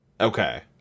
Okay